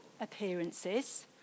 appearances